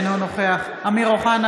אינו נוכח אמיר אוחנה,